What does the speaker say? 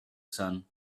sun